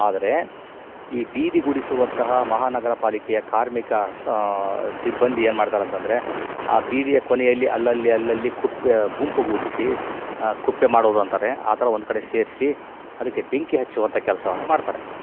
ಆದರೆ ಈ ಬೀದಿ ಗುಡಿಸುವಂತಹ ಮಹಾನಗರ ಪಾಲಿಕೆಯ ಕಾರ್ಮಿಕ ಸ ಸಿಬ್ಬಂದಿ ಏನ್ಮಾಡ್ತಾರೆ ಅಂತಂದ್ರೆ ಆ ಬೀದಿಯ ಕೊನೆಯಲ್ಲಿ ಅಲಲ್ಲಿ ಅಲಲ್ಲಿ ಕುಪ್ಪೆ ಗುಂಪುಗೂಡಿಸಿ ಕುಪ್ಪೆ ಮಾಡೋದು ಅಂತಾರೆ ಆ ಥರ ಒಂದ್ಕಡೆ ಸೇರಿಸಿ ಅದಕ್ಕೆ ಬೆಂಕಿ ಹಚ್ಚುವಂಥ ಕೆಲಸವನ್ನು ಮಾಡ್ತಾರೆ